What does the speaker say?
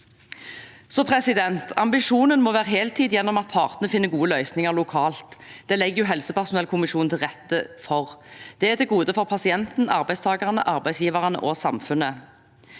har det i dag. Ambisjonen må være heltid gjennom at partene finner gode løsninger lokalt. Det legger helsepersonellkommisjonen til rette for. Det er til gode for pasienten, arbeidstakerne, arbeidsgiverne og samfunnet.